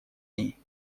ней